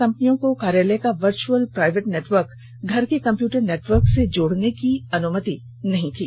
कंपनियों को पहले कार्यालय का वर्चअल प्राइवेट नेटवर्क घर के कप्यूटर नेटवर्क से जोड़ने की अनुमति नहीं थी